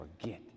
forget